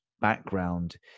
background